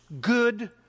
good